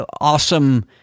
awesome